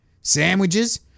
sandwiches